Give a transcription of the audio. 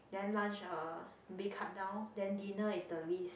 then lunch uh maybe cut down then dinner is the least